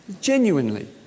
genuinely